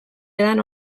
edan